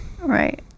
Right